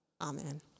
Amen